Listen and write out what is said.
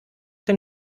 den